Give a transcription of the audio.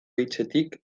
hitzetik